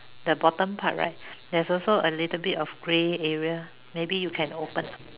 the bottom part right there's also a little bit of grey area maybe you can open ah